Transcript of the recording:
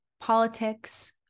politics